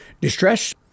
distress